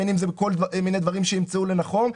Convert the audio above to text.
בין אם זה בכל מיני דברים שימצאו לנכון.